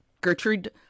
Gertrude